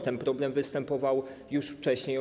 Ten problem występował już wcześniej.